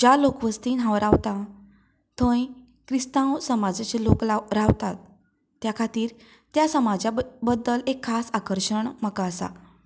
ज्या लोकवस्तींत हांव रावतां थंय क्रिस्तांव समाजाचे लोक रावतात त्या खातीर त्या समाजा बद्दल एक खास आकर्शण म्हाका आसा